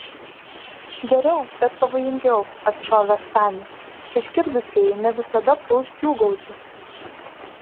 geriau bet pavojingiau atšovė stanis išgirdusieji ne visada puls džiūgauti